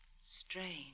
strange